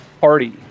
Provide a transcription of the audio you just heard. party